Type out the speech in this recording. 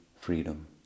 freedom